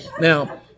Now